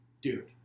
dude